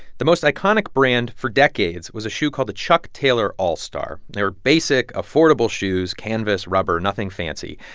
the most iconic brand for decades was a shoe called the chuck taylor all-star. they are basic, affordable shoes canvas, rubber, nothing fancy.